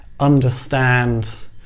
understand